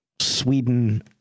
Sweden